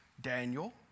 Daniel